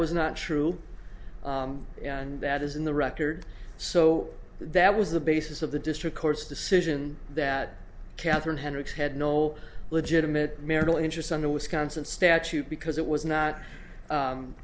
was not true and that is in the record so that was the basis of the district court's decision that katherine hendricks had no legitimate marital interest on the wisconsin statute because it was not